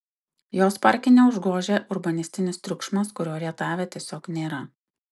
jos parke neužgožia urbanistinis triukšmas kurio rietave tiesiog nėra